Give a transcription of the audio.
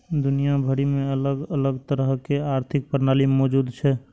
दुनिया भरि मे अलग अलग तरहक आर्थिक प्रणाली मौजूद छै